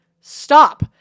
Stop